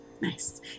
Nice